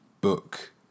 book